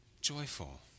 Joyful